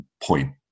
point